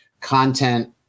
content